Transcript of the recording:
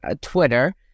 Twitter